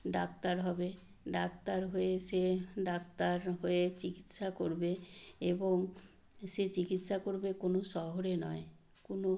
doctor হবে doctor হয়ে সে ডাক্তার হয়ে চিকিৎসা করবে এবং সে চিকিৎসা করবে কোনো শহরে নয় কোনো